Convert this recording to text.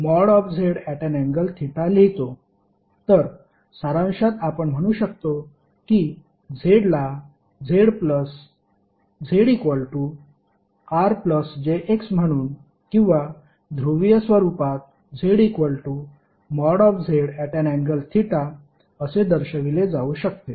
तर सारांशात आपण म्हणू शकतो की Z ला ZRjX म्हणून किंवा ध्रुवीय स्वरुपात ZZ∠θ असे दर्शविले जाऊ शकते